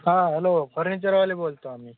हा हॅलो फर्निचरवाले बोलतो आम्ही